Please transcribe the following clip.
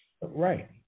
Right